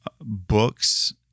books